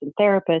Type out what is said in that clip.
therapists